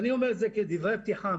אני אומר את זה כדברי פתיחה.